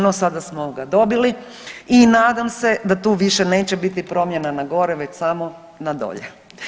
No, sada smo ga dobili i nadam se da tu više neće biti promjena na gore već samo na dolje.